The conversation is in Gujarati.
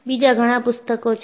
બીજા ઘણા પુસ્તકો છે